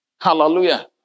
Hallelujah